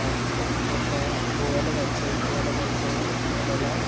मग जाता जाता गोव्याला जायचं आहे गोव्याला जायचंय आपल्याला